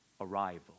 arrival